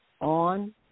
on